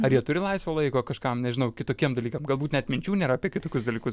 ar jie turi laisvo laiko kažkam nežinau tokiem dalykam galbūt net minčių nėra apie kitokius dalykus